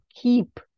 keep